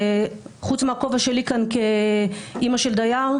וחוץ מהכובע שלי כאן כאימא של דייר,